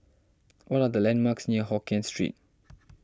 what are the landmarks near Hokien Street